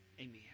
Amen